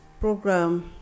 program